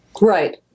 Right